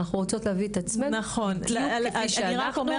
אנחנו רוצות להביא את עצמנו בדיוק כפי שאנחנו,